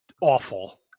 awful